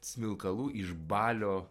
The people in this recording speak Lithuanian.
smilkalų iš balio